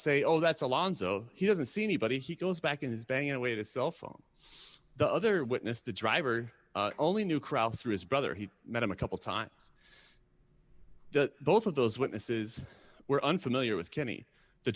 say oh that's along so he doesn't see anybody he goes back and he's banging away the cell phone the other witness the driver only knew crowd through his brother he met him a couple times both of those witnesses were unfamiliar with kenney the